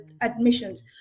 admissions